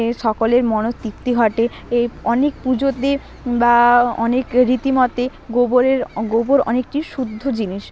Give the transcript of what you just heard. এ সকলের মনোতৃপ্তি ঘটে এই অনেক পুজোতে বা অনেক রীতি মতে গোবরের গোবর অনেকটি শুদ্ধ জিনিস